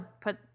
put